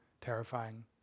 terrifying